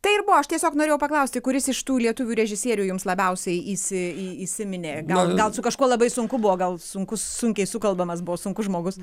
tai ir buvo aš tiesiog norėjau paklausti kuris iš tų lietuvių režisierių jums labiausiai įsi į įsiminė gal gal su kažkuo labai sunku buvo gal sunkus sunkiai sukalbamas buvo sunkus žmogus